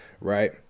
right